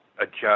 adjust